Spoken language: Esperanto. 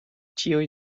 ĉiuj